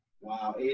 Wow